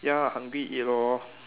ya hungry eat lor